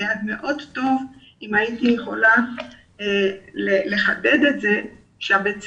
היה מאוד טוב אם הייתי יכולה לחדד את זה שבית הספר,